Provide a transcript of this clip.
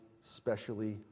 specially